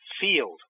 field